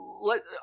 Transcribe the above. let